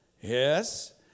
Yes